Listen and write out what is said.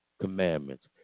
commandments